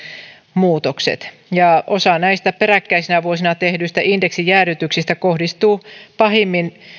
muutokset osa peräkkäisinä vuosina tehdyistä indeksijäädytyksistä kohdistuu pahimmin